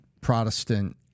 Protestant